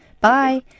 Bye